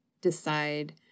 decide